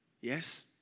yes